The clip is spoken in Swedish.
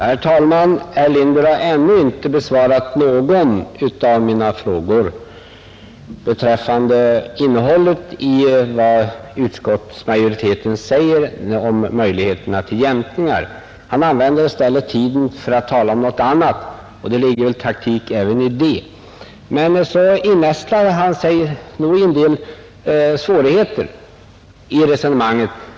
Herr talman! Herr Lindberg har ännu inte besvarat någon av mina frågor beträffande vad utskottsmajoriteten säger om möjligheterna till jämkningar. Han använder i stället tiden till att tala om något annat, och det ligger väl taktik även i det. Men så innästlade han sig nog i en del svårigheter i resonemanget.